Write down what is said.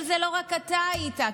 אבל זה לא רק אתה היית,